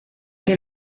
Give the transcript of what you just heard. que